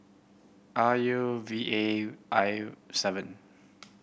R U V A I seven